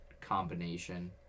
combination